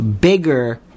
bigger